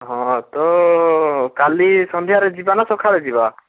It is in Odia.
ହଁ ତ କାଲି ସନ୍ଧ୍ୟାରେ ଯିବା ନା ସକାଳେ ଯିବା